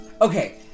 Okay